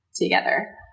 together